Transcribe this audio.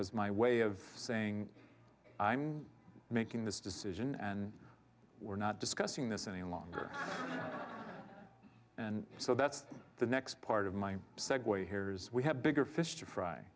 was my way of saying i'm making this decision and we're not discussing this any longer and so that's the next part of my segue here is we have bigger fish to fry